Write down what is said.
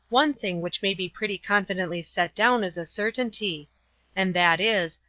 one thing which may be pretty confidently set down as a certainty and that is,